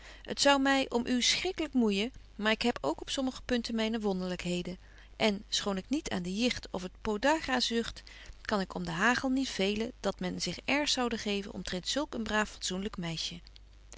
t zou my om u schrikkelyk moeijen maar ik heb ook op sommige punten myne wonderlykheden en schoon ik niet aan de jicht of het podagra zucht kan ik om de hagel niet veelen dat men zich airs zoude geven omtrent zulk een braaf fatsoenlyk meisje